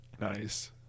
Nice